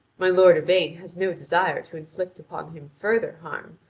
my lord yvain has no desire to inflict upon him further harm,